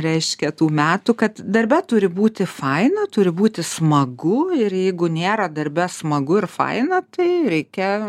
reiškia tų metų kad darbe turi būti faina turi būti smagu ir jeigu nėra darbe smagu ir faina tai reikia